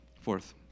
Fourth